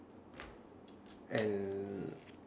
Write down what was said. and